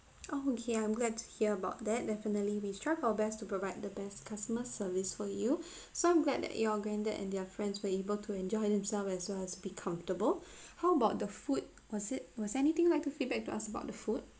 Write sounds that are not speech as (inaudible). oh okay I'm glad to hear about that definitely we strive our best to provide the best customer service for you (breath) so I'm glad that your granddad and their friends were able to enjoy themself as well as be comfortable (breath) how about the food was it was anything like to feedback to us about the food